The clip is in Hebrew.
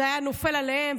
זה היה נופל עליהם,